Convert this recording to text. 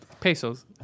Pesos